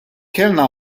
kellna